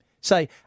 Say